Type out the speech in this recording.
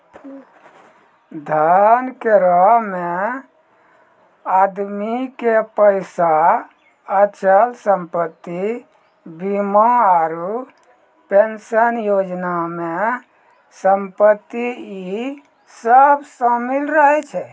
धन करो मे आदमी के पैसा, अचल संपत्ति, बीमा आरु पेंशन योजना मे संपत्ति इ सभ शामिल रहै छै